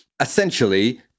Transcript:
essentially